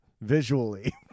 visually